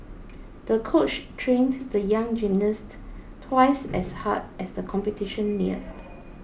the coach trained the young gymnast twice as hard as the competition neared